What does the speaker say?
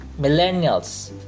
millennials